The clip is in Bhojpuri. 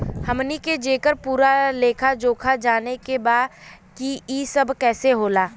हमनी के जेकर पूरा लेखा जोखा जाने के बा की ई सब कैसे होला?